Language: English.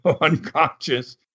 unconscious